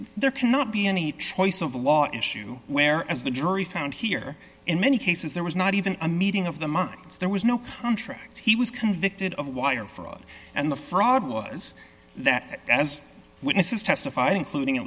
there cannot be any choice of law issue where as the jury found here in many cases there was not even a meeting of the minds there was no contract he was convicted of wire fraud and the fraud was that as witnesses testified including at